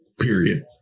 Period